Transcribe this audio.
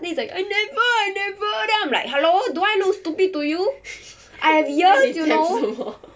then he's like I never I never then I'm like hello do I look stupid to you I have ears you know